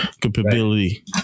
capability